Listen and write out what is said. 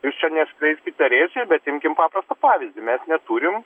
jūs čia neskleiskit erezijų bet imkim paprastą pavyzdį mes neturim